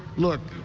look,